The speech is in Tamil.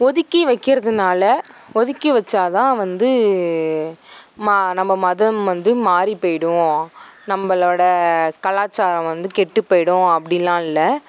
ஒதுக்கி வைக்கிறதுனால ஒதுக்கி வச்சால் தான் வந்து நம்ம மதம் வந்து மாறிப்போய்டும் நம்மளோட கலாச்சாரம் வந்து கெட்டுப் போய்டும் அப்படிலாம் இல்லை